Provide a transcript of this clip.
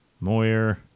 Moyer